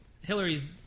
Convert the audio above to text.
Hillary's